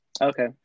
Okay